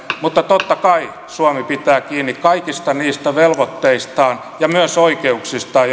mutta totta kai suomi pitää kiinni kaikista niistä velvoitteistaan ja myös oikeuksistaan